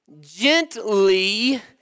gently